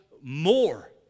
more